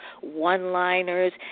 one-liners